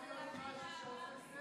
ולהבין מה אמרתי.